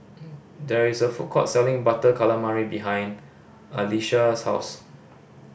there is a food court selling Butter Calamari behind Alysha's house